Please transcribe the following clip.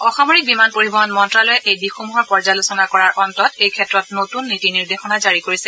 অসামৰিক বিমান পৰিবহন মন্তালয়ে এইদিশসমূহৰ পৰ্যালোচনা কৰাৰ অন্তত এইক্ষেত্ৰত নতুন নীতি নিৰ্দেশনা জাৰি কৰিছে